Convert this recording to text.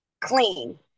clean